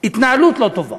התנהלות לא טובה,